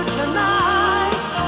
tonight